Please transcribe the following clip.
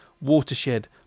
watershed